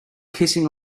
kissing